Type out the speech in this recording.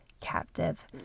captive